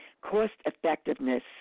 cost-effectiveness –